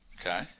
Okay